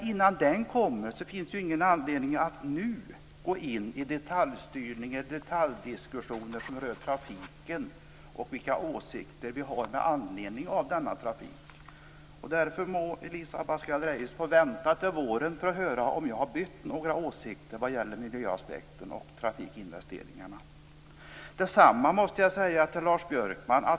Innan den kommer finns ingen anledning att nu gå in på detaljstyrning eller i detaljdiskussioner som rör trafiken och vilka åsikter som vi har med anledning av denna trafik. Därför får Elisa Abascal Reyes vänta till våren för att höra om jag har bytt några åsikter vad gäller miljöaspekten och trafikinvesteringarna. Detsamma måste jag säga till Lars Björkman.